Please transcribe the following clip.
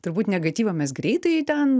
turbūt negatyvą mes greitai ten